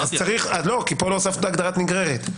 --- כי פה לא הוספת הגדרת נגררת.